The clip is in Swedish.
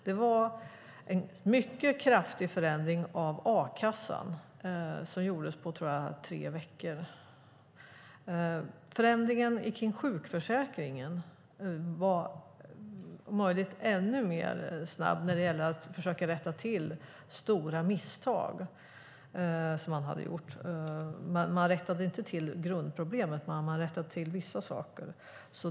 Det var en mycket kraftig förändring av a-kassan, som jag tror gjordes på tre veckor. Förändringen av sjukförsäkringen var om möjligt ännu snabbare när det gällde att försöka rätta till stora misstag som gjorts. Man rättade inte till grundproblemen, men man rättade till vissa saker.